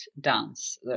dance